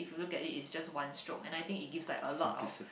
if you look at it it's just one stroke and I think it gives like a lot of